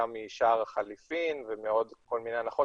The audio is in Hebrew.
גם משער החליפין ומעוד כל מיני הנחות